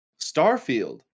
Starfield